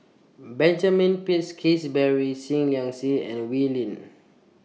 Benjamin Peach Keasberry Seah Liang Seah and Wee Lin